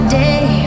day